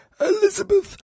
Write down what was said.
Elizabeth